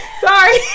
Sorry